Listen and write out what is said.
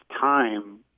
time